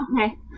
okay